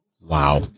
Wow